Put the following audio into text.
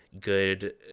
good